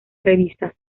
revistas